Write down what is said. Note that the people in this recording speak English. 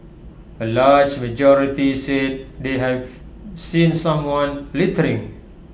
A large majority said they have seen someone littering